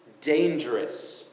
dangerous